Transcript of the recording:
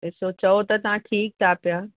ॾिसो चओ त तव्हां ठीकु था पिया